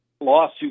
lawsuit